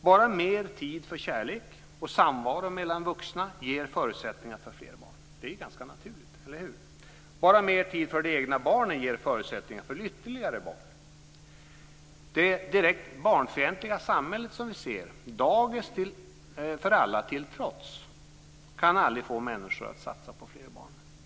Bara mer tid för kärlek och samvaro mellan vuxna ger förutsättningar för fler barn. Det är ganska naturligt, eller hur? Bara mer tid för de egna barnen ger förutsättningar för ytterligare barn. Det direkt barnfientliga samhälle som vi ser, dagis för alla till trots, kan aldrig få människor att satsa på fler barn.